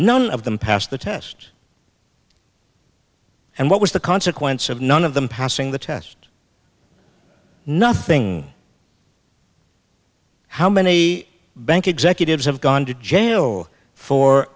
none of them passed the test and what was the consequence of none of them passing the test nothing how many bank executives have gone to jail for